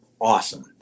awesome